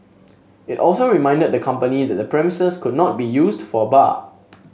it also reminded the company that the premises could not be used for a bar